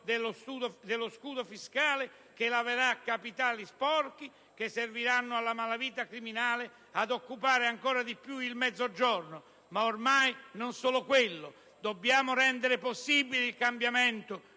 dello scudo fiscale, che laverà capitali sporchi che serviranno alla malavita criminale per occupare ancora di più il Mezzogiorno, e ormai non solo quello. Dobbiamo rendere possibile il cambiamento.